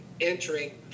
entering